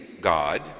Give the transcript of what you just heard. God